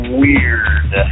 weird